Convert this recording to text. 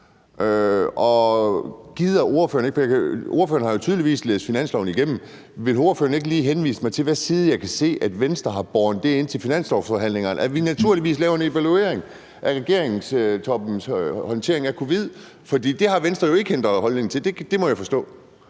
på håndteringen af corona. Ordføreren har jo tydeligvis læst finansloven igennem, så vil ordføreren ikke lige henvise mig til, hvad side jeg kan se på, at Venstre har båret det ind til finanslovsforhandlingerne, at vi naturligvis laver en evaluering af regeringstoppens håndtering af covid-19? For det har Venstre jo ikke ændret holdning til; det må jeg forstå.